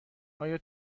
آیا